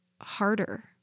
harder